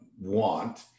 want